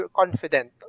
confident